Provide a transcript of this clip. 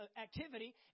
activity